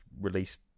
released